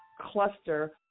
cluster